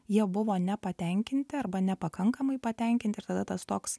jie buvo nepatenkinti arba nepakankamai patenkinti ir tada tas toks